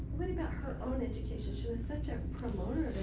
what about her own education? she was such a promoter